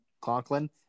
Conklin